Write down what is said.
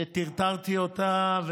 שטרטרתי אותה,